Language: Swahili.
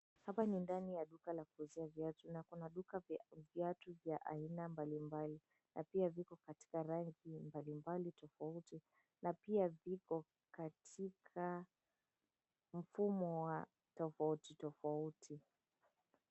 Hapa ni ndani ya duka la kuuzia viatu na kuna viatu vya aina mbalimbali na pia viko katika rangi mbalimbali tofauti na pia viko katika mfumo wa tofauti tofauti.